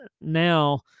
now